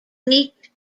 leaked